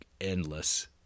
endless